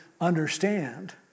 understand